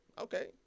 Okay